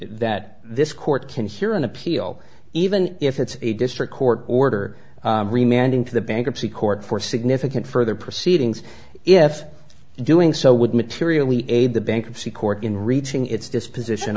that this court can hear an appeal even if it's a district court order and into the bankruptcy court for significant further proceedings if doing so would materially aid the bankruptcy court in reaching its disposition